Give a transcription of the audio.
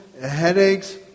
headaches